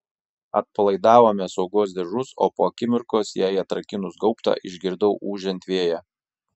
atpalaidavome saugos diržus o po akimirkos jai atrakinus gaubtą išgirdau ūžiant vėją